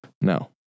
No